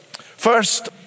First